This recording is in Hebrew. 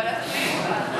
ועדת פנים?